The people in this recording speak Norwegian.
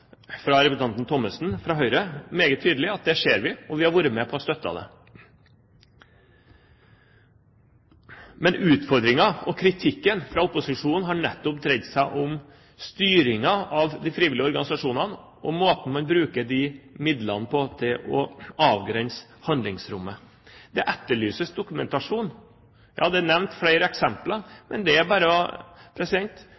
Høyre meget tydelig at det ser vi. Og vi har vært med på å støtte det. Men utfordringen og kritikken fra opposisjonen har nettopp dreid seg om styringen av de frivillige organisasjonene og måten man bruker disse midlene på til å avgrense handlingsrommet. Det etterlyses dokumentasjon. Det er nevnt flere